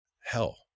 hell